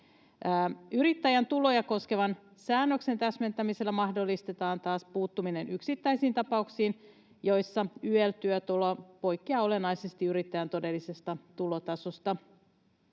Yrittäjän tuloja koskevan säännöksen täsmentämisellä taas mahdollistetaan puuttuminen yksittäisiin tapauksiin, joissa YEL-työtulo poikkeaa olennaisesti yrittäjän todellisesta tulotasosta.